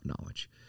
knowledge